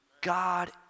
God